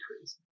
crazy